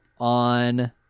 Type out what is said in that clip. on